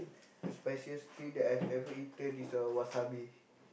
the spiciest thing that I've ever eaten is a wasabi